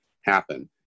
happen